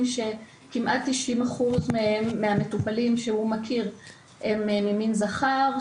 שכמעט 90% מהמטופלים שהוא מכיר הם ממין זכר,